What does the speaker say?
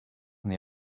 and